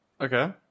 Okay